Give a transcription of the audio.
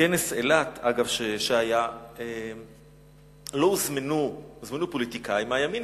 בכנס אילת שהיה הוזמנו פוליטיקאים מהימין,